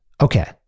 Okay